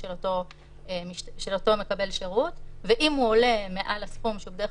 של אותו מקבל שירות ואם הוא עולה מעל לסכום של בדרך